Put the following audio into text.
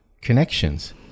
Connections